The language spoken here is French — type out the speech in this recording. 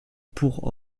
pour